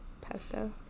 pesto